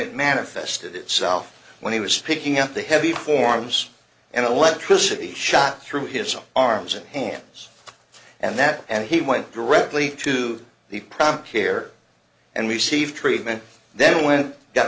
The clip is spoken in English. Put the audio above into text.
it manifested itself when he was picking up the heavy forms and electricity shot through his arms and hands and that and he went directly to the prompt care and received treatment then when he got